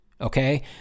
Okay